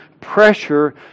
pressure